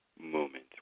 moment